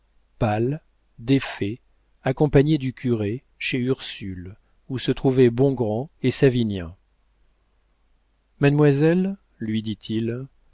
pâle défait accompagné du curé chez ursule où se trouvaient bongrand et savinien mademoiselle lui dit-il